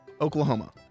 Oklahoma